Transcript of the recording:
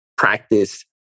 practice